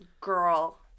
girl